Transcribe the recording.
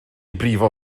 brifo